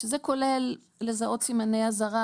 שזה כולל לזהות סימני אזהרה